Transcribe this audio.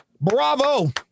bravo